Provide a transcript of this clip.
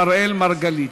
אראל מרגלית.